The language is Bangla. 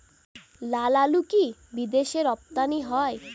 লালআলু কি বিদেশে রপ্তানি হয়?